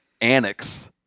annex